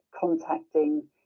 contacting